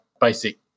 basic